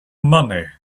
money